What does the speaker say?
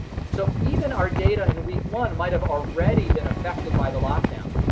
so even our data in week one might've already been affected by the lockdown.